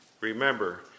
Remember